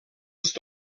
ist